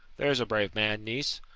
there's a brave man, niece.